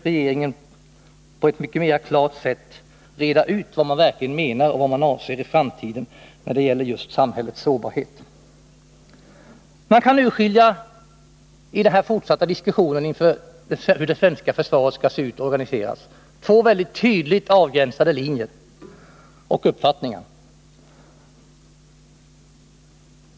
Regeringen bör på ett mycket klarare sätt än som skett reda ut vad man verkligen menar och vad man avser att göra i framtiden när det gäller just samhällets sårbarhet. I diskussionen om hur det svenska försvaret skall se ut och organiseras kan man urskilja två väldigt tydligt avgränsade linjer och uppfattningar.